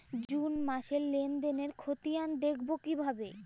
June মাসের লেনদেনের খতিয়ান দেখবো কিভাবে?